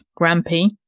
Grampy